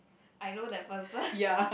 I know that person